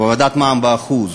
הורדת מע"מ ב-1%,